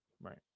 Right